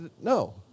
No